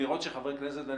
חברי הכנסת,